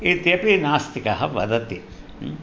इत्यपि नास्तिकः वदति